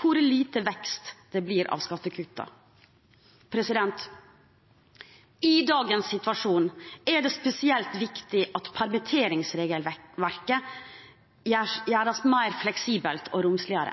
hvor lite vekst det blir av skattekuttene. I dagens situasjon er det spesielt viktig at permitteringsregelverket gjøres mer fleksibelt og romsligere.